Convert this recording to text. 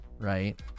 right